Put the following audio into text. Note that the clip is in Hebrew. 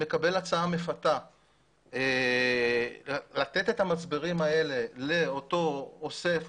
מקבל הצעה מפתה לתת את המצברים האלה לאותו אוסף,